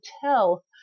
tell